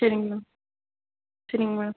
சரிங் மேம் சரிங்க மேடம்